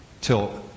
till